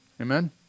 Amen